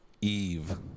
Eve